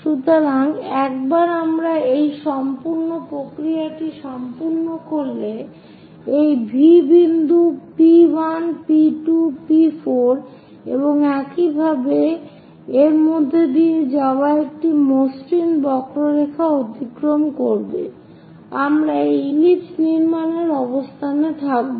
সুতরাং একবার আমরা এই সম্পূর্ণ প্রক্রিয়াটি সম্পন্ন করলে এই V বিন্দু P1 P2 P4 এবং একইভাবে এর মধ্য দিয়ে একটি মসৃণ বক্ররেখা অতিক্রম করবে আমরা একটি ইলিপস নির্মাণের অবস্থানে থাকব